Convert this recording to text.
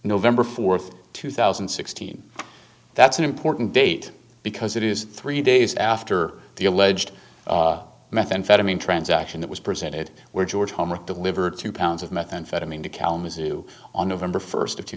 november fourth two thousand and sixteen that's an important date because it is three days after the alleged methamphetamine transaction that was presented where george homer delivered two pounds of methamphetamine to kalamazoo on november first of two